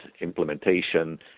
implementation